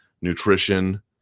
nutrition